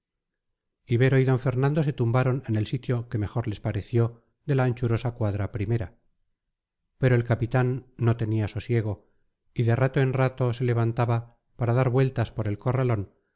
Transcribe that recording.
ibero y d fernando se tumbaron en el sitio que mejor les pareció de la anchurosa cuadra primera pero el capitán no tenía sosiego y de rato en rato se levantaba para dar vueltas por el corralón